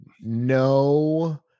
no